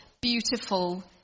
beautiful